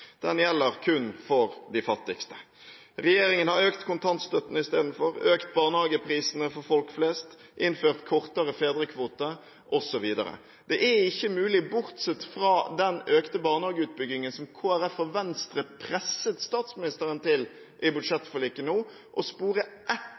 Den gjelder kun for de fattigste. Regjeringen har økt kontantstøtten istedenfor, økt barnehageprisene for folk flest, innført kortere fedrekvote osv. Det er ikke mulig, bortsett fra den økte barnehageutbyggingen som Kristelig Folkeparti og Venstre presset statsministeren til i